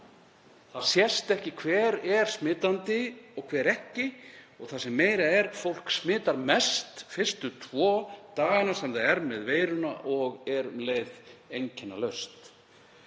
Það sést ekki hver er smitandi og hver ekki. Og það sem meira er: Fólk smitar mest fyrstu tvo dagana sem það er með veiruna og er um leið einkennalaust.